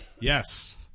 Yes